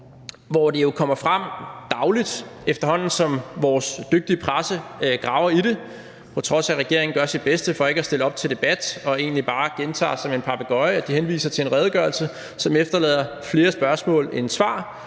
kommer noget frem dagligt, efterhånden som vores dygtige presse graver i det. På trods af at regeringen gør sit bedste for ikke at stille op til debat og egentlig bare gentager som en papegøje, at de henviser til en redegørelse, som efterlader flere spørgsmål end svar,